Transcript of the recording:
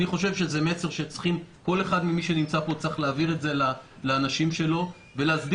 אני חושב שזה מסר שכל מי שנמצא פה צריך להעביר אותו לאנשים שלו ולהסביר